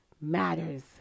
matters